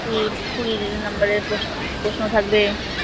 কুড়ি কুড়ি নম্বরের প্রোশ প্রশ্ন থাকবে